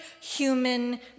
human